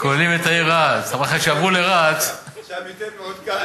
הכוללים את העיר רהט, שם יותר מעודכן.